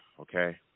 okay